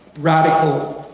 radical.